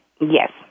yes